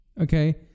okay